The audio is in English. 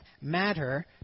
matter